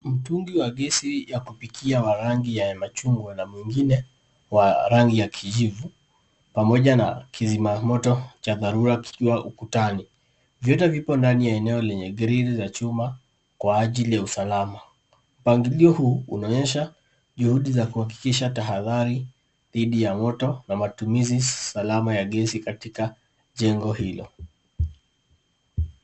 Mtungi wa gesi ya kupikia wa rangi ya machungwa na mwingine wa rangi ya kijivu pamoja na kizimamoto cha dharura kikiwa ukutani. Vyote vipo eneo lenye grili za chuma kwa ajili ya usalama. Mpangilio huu unaonyesha juhudi za kuhakikisha tahadhari dhidi ya moto na matumizi salama ya gesi katika jengo hilo.